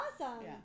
awesome